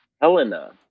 Helena